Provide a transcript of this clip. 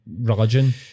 religion